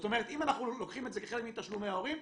אם אנחנו לוקחים את זה כחלק מתשלומי ההורים,